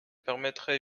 permettrait